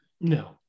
no